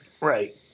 Right